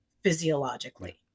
physiologically